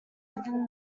within